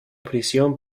prisión